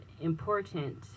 important